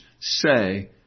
say